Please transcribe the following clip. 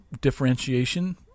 differentiation